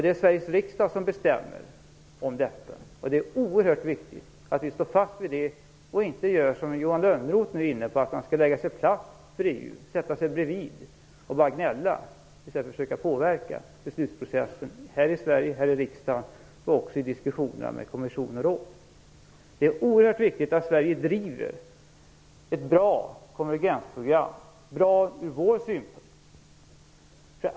Det är Sveriges riksdag som bestämmer om detta, och det är oerhört viktigt att vi står fast vid det och inte gör det som Johan Lönnroth nu är inne på: lägga sig platt för EU, sätta sig bredvid och bara gnälla, i stället för att försöka påverka beslutsprocessen - här i Sverige, här i riksdagen och också i diskussionerna med kommission och råd. Det är oerhört viktigt att Sverige driver ett bra konvergensprogram, bra från vår synpunkt.